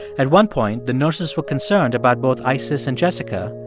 at one point, the nurses were concerned about both isis and jessica,